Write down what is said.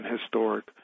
historic